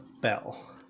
bell